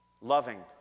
Loving